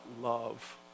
love